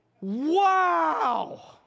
wow